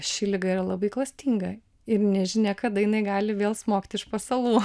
ši liga yra labai klastinga ir nežinia kada jinai gali vėl smogti iš pasalų